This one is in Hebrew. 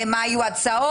מה היו הצעות,